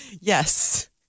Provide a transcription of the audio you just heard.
Yes